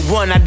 one